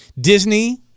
Disney